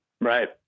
Right